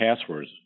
passwords